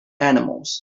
animals